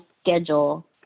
schedule